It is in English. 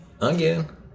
Again